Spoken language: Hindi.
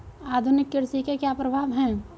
आधुनिक कृषि के क्या प्रभाव हैं?